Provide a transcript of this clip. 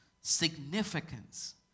significance